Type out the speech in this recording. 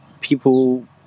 people